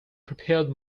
prepared